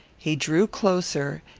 he drew closer,